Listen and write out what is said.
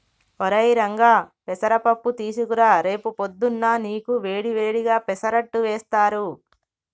ఒరై రంగా పెసర పప్పు తీసుకురా రేపు పొద్దున్నా నీకు వేడి వేడిగా పెసరట్టు వేస్తారు